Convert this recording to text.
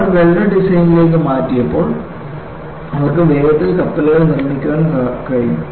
അവർ welded ഡിസൈനിലേക്ക് മാറിയപ്പോൾ അവർക്ക് വേഗത്തിൽ കപ്പലുകൾ നിർമ്മിക്കാൻ കഴിഞ്ഞു